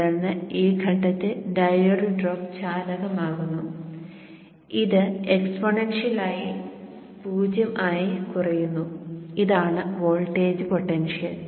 തുടർന്ന് ഈ ഘട്ടത്തിൽ ഡയോഡ് ഡ്രോപ്പ് ചാലകമാക്കുന്നു ഇത് എക്സ്പോണൻഷ്യൽ ആയി 0 ആയി കുറയുന്നു ഇതാണ് വോൾട്ടേജ് പൊട്ടൻഷ്യൽ